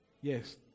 Yes